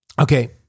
Okay